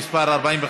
אותי?